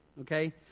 okay